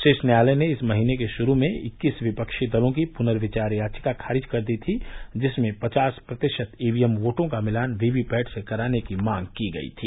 शीर्ष न्यायालय ने इस महीने के शुरू में इक्कीस विपक्षी दलों की पुनर्विचार याचिका खारिज कर दी थी जिसमें पचास प्रतिशत ईवीएम वोटों का मिलान वीवीपैट से कराने की मांग की गई थी